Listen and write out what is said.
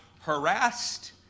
Harassed